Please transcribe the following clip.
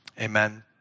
amen